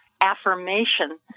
affirmation